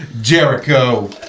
Jericho